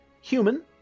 Human